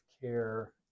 care